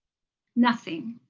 nothing